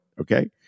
Okay